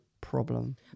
problem